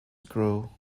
grow